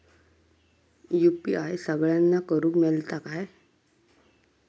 UPI सगळ्यांना करुक मेलता काय?